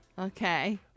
Okay